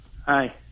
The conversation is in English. Hi